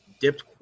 dipped